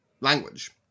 language